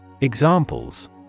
Examples